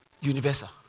universal